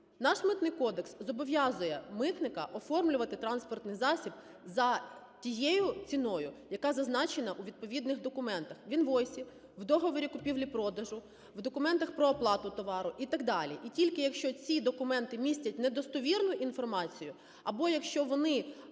Наш Митний кодекс зобов'язує митника оформлювати транспортний засіб за тією ціною, яка зазначена у відповідних документах: у інвойсі, в договорі купівлі-продажу, в документах про оплату товару і так далі. І тільки якщо ці документи містять недостовірну інформацію або якщо вони